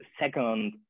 second